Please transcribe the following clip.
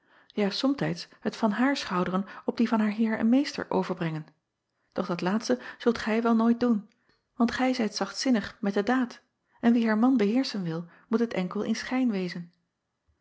ja somtijds het van haar schouderen op die van haar heer en meester overbrengen doch dat laatste zult gij wel nooit doen want gij zijt zachtzinnig met de daad en wie haar man beheerschen wil moet het enkel in schijn wezen